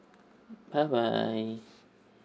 bye bye